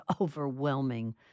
overwhelming